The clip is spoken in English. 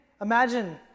imagine